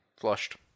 flushed